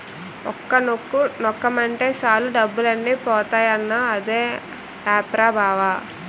ఒక్క నొక్కు నొక్కేమటే సాలు డబ్బులన్నీ పోతాయన్నావ్ అదే ఆప్ రా బావా?